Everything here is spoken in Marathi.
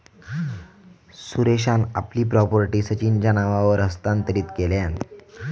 सुरेशान आपली प्रॉपर्टी सचिनच्या नावावर हस्तांतरीत केल्यान